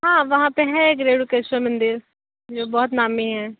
हाँ वहाँ पे है रेणुकेश्वर मंदिर जो बहुत नामी है